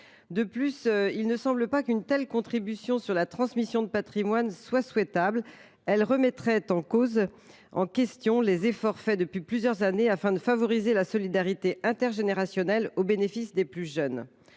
De plus, une telle contribution sur la transmission de patrimoine ne semble pas souhaitable : elle remettrait en cause les efforts réalisés depuis plusieurs années afin de favoriser la solidarité intergénérationnelle au bénéfice des plus jeunes.